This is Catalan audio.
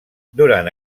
durant